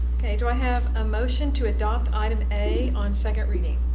ok. do i have a motion to adopt item a on second reading?